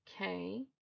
Okay